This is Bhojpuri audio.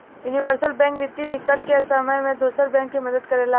यूनिवर्सल बैंक वित्तीय दिक्कत के समय में दोसर बैंक के मदद करेला